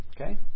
okay